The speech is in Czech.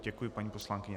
Děkuji, paní poslankyně.